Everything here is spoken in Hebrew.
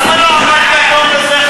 למה לא עמדת דום לזכר,